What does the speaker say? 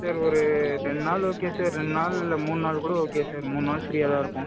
sir ஒரு ரெண்டு நாள் ஓகே சார் ரெண்டு நாள் இல்லை மூணு நாள் கூட ஓகே சார் மூணு நாள் சரியாக தான் இருக்கும்